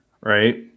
right